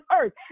earth